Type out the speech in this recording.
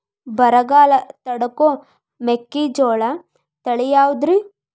ಬರಗಾಲ ತಡಕೋ ಮೆಕ್ಕಿಜೋಳ ತಳಿಯಾವುದ್ರೇ?